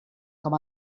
com